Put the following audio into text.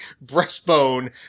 breastbone